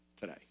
today